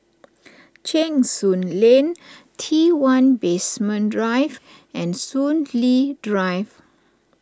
Cheng Soon Lane T one Basement Drive and Soon Lee Drive